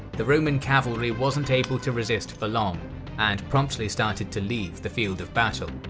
the roman cavalry wasn't able to resist for long and promptly started to leave the field of battle.